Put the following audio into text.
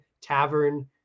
tavern